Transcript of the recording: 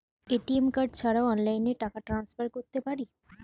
ATM card ছাড়া অনলাইনে টাকা টান্সফার করতে পারি?